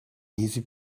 easy